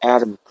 Adam